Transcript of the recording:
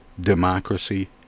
democracy